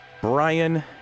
brian